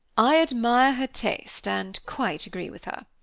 i admire her taste and quite agree with her.